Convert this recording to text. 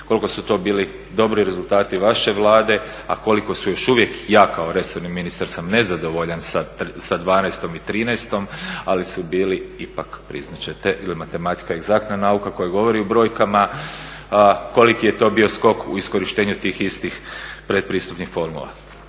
koliko su to bili dobri rezultati vaše Vlade, a koliko su još uvijek ja kao resorni ministar sam nezadovoljan sa dvanaestom i trinaestom, ali su bili ipak priznat ćete jer matematika je egzaktna nauka koja govori u brojkama koliki je to bio skok u iskorištenju tih istih pretpristupnih fondova.